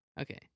Okay